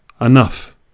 Enough